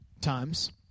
times